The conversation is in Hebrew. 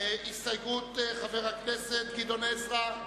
הסתייגויות חבר הכנסת גדעון עזרא,